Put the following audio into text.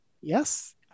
yes